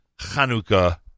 Hanukkah